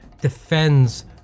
defends